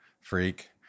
freak